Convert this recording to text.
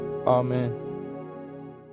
Amen